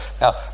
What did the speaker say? now